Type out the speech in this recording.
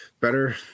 Better